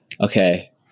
okay